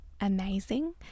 amazing